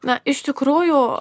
na iš tikrųjų